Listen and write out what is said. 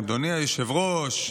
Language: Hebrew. אדוני היושב-ראש,